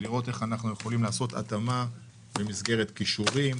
כדי לראות איך אנחנו יכולים לעשות התאמה במסגרת כישורים,